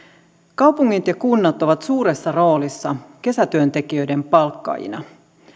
kaupungit ja kunnat ovat suuressa roolissa kesätyöntekijöiden palkkaajina